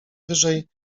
wyżej